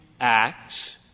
acts